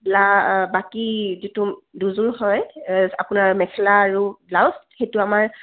blah বাকী যিটো দুযোৰ হয় আপোনাৰ মেখেলা আৰু ব্লাউজ সেইটো আমাৰ